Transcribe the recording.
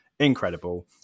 incredible